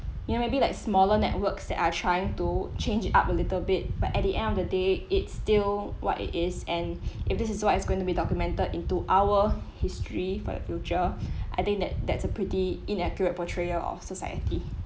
you know maybe like smaller networks that are trying to change it up a little bit but at the end of the day it still what it is and if this is what it's going to be documented into our history for the future I think that that's a pretty inaccurate portrayal of society